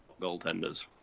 goaltenders